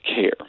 care